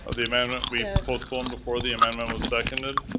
ah the amendment, we postponed before the amendment was seconded.